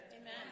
Amen